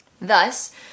Thus